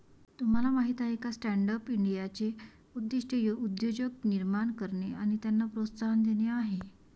तुम्हाला माहीत आहे का स्टँडअप इंडियाचे उद्दिष्ट उद्योजक निर्माण करणे आणि त्यांना प्रोत्साहन देणे आहे